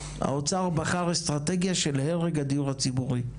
האוצר בחר אסטרטגיה של הרג הדיור הציבורי,